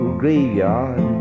graveyard